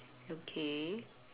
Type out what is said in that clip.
okay